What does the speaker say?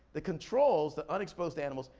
the controls, the unexposed animals,